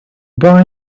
boy